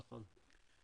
נכון.